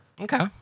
Okay